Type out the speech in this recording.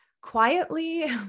quietly